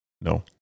No